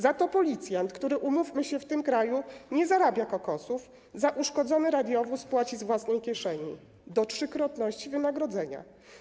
Za to policjant, który, umówmy się, w tym kraju nie zarabia kokosów, za uszkodzony radiowóz płaci z własnej kieszeni do trzykrotności wynagrodzenia.